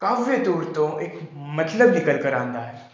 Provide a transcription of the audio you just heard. ਤੌਰ ਤੋਂ ਇੱਕ ਮਤਲਬ ਨਿਕਲ ਕਰ ਆਉਂਦਾ ਹੈ